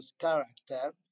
character